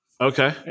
Okay